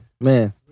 man